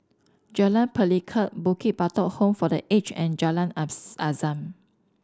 Jalan Pelikat Bukit Batok Home for The Age and Jalan Azam